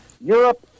Europe